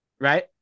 Right